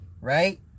right